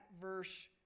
verse